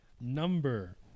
number